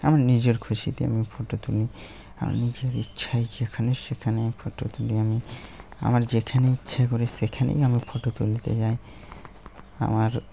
আমার নিজের খুশিতে আমি ফটো তুলি আমার নিজের ইচ্ছাই যেখানে সেখানে ফটো তুলি আমি আমার যেখানে ইচ্ছা করি সেখানেই আমি ফটো তুলিতে যাই আমার